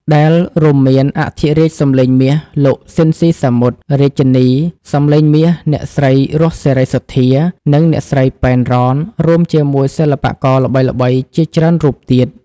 ដែលរួមមានអធិរាជសម្លេងមាស លោក ស៊ីន ស៊ីសាមុត រាជិនីសម្លេងមាស អ្នកស្រី រស់ សេរីសុទ្ធា និងអ្នកស្រី ប៉ែន រ៉ន រួមជាមួយសិល្បករល្បីៗជាច្រើនរូបទៀត។